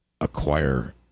acquire